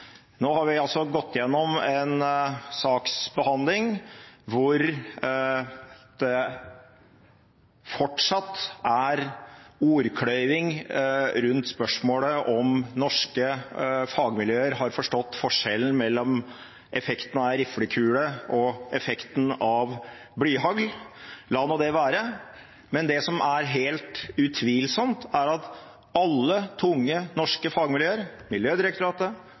Nå har vi gått igjennom en saksbehandling hvor det fortsatt er ordkløyving rundt spørsmålet om norske fagmiljøer har forstått forskjellen mellom effekten av en riflekule og effekten av blyhagl. La nå det være. Det som er helt utvilsomt, er at alle tunge norske fagmiljøer – Miljødirektoratet,